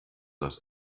das